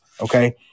Okay